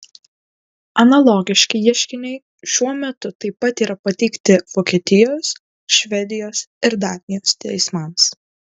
analogiški ieškiniai šiuo metu taip pat yra pateikti vokietijos švedijos ir danijos teismams